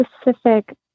specific